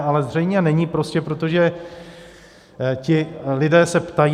Ale zřejmě není, prostě protože ti lidé se ptají.